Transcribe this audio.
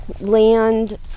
land